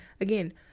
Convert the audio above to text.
Again